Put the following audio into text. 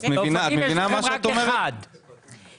באופקים יש בית מרקחת אחד של מכבי שהוא סגור.